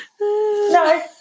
No